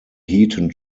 heaton